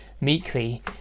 meekly